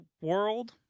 world